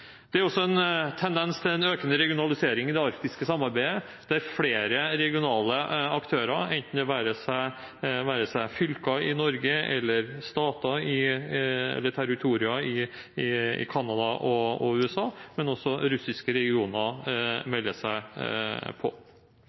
Det er også en tendens til en økende regionalisering i det arktiske samarbeidet der flere regionale aktører, det være seg fylker i Norge, territorier i Canada og USA eller russiske regioner, melder seg på.